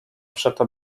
przeto